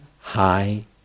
high